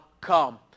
come